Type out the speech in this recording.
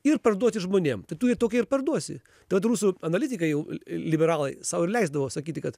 ir parduoti žmonėm tai tu ir tokią ir parduosi tai vat rusų analitikai jau liberalai sau leisdavo sakyti kad